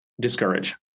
discourage